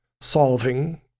solving